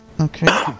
Okay